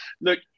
Look